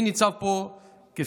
אני נמצא פה כשר